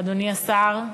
אדוני השר,